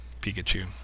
Pikachu